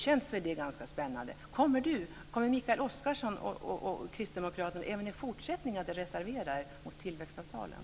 Kommer Mikael Oscarsson och kristdemokraterna att reservera sig även i fortsättningen när det gäller tillväxtavtalen?